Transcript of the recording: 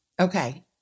Okay